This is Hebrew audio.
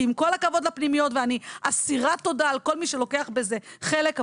כי עם כל הכבוד לפנימיות ואני אסירת תודה על כל מי שלוקח בזה חלק,